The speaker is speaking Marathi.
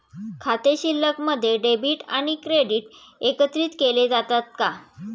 खाते शिल्लकमध्ये डेबिट आणि क्रेडिट एकत्रित केले जातात का?